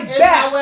back